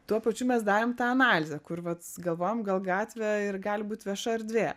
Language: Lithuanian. tuo pačiu mes darėm tą analizę kur vats galvojom gal gatvė ir gali būt vieša erdvė